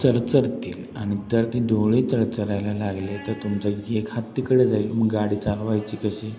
चरचरतील आणि जर ते डोळे चरचरायला लागले तर तुमच्या एक हात तिकडे जाईल मग गाडी चालवायची कशी